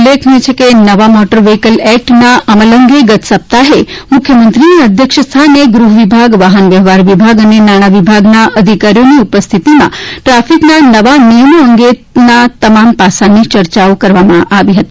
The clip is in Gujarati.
ઉલ્લેખનીય છે કે નવા મોટર વ્હીકલ એક્ટના અમલ અંગે ગત સપ્તાહે મુખ્યંત્રીના અધ્યક્ષસ્થાને ગૃહવિભાગ વાહન વ્યવહાર વિભાગ અને નાણા વિભાગના અધિકારીઓની ઉપસ્થિતિમાં ટ્રાફીકના નવા નિયમો અંગેના તમામ પાસાની ચર્ચા કરવામાં આવી હતી